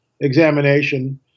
examination